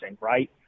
right